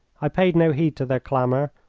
i paid no heed to their clamour,